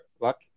luck